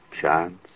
chance